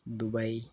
Dubai